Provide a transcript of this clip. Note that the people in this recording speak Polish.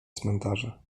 cmentarza